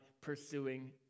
pursuing